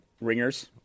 ringers